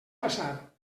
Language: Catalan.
passar